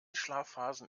schlafphasen